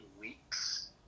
weeks